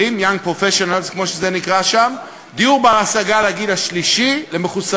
אני רוצה לבקש רשות ממך ומחברי המחנה הציוני